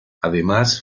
además